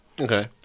Okay